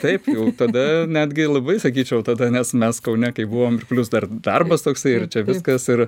taip tada netgi labai sakyčiau tada nes mes kaune kai buvom ir plius dar darbas toksai ir čia viskas ir